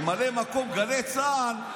ממלא מקום גלי צה"ל,